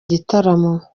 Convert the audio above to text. gitaramo